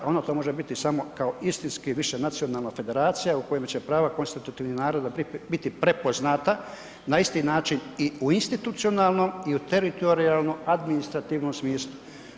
Ona to može biti samo kao istinski višenacionalna federacija u kojima će prava konstitutivnih naroda biti prepoznata na isti način i u institucionalnom i u teritorijalno administrativnom smislu.